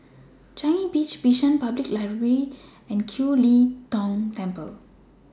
Changi Beach Bishan Public Library and Kiew Lee Tong Temple